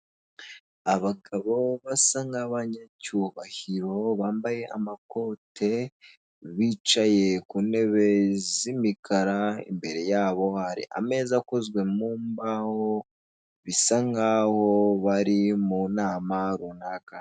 Abagabo basa nk'abanyacyubahiro bambaye amakote, bicaye ku ntebe z'imikara, imbere yabo hari ameza akozwe mu mbaho, bisa nk'aho bari mu nama runaka.